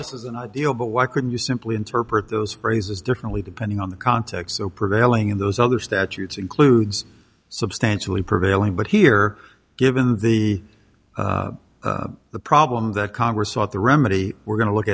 this is an ideal but why couldn't you simply interpret those phrases differently depending on the context so prevailing in those other statutes includes substantially prevailing but here given the the problem that congress sought the remedy we're going to look